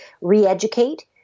re-educate